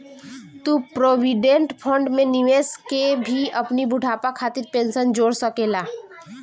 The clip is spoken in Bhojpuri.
तू प्रोविडेंट फंड में निवेश कअ के भी अपनी बुढ़ापा खातिर पेंशन जोड़ सकेला